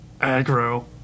aggro